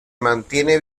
mantiene